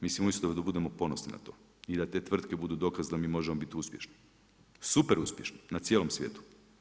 Mislim umjesto da budemo ponosni na to i da te tvrtke budu dokaz da mi možemo biti uspješni, super uspješni na cijelom svijetu.